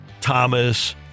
Thomas